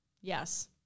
Yes